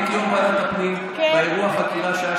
הייתי יו"ר ועדת הפנים באירוע החקירה שהיה,